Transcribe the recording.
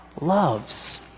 loves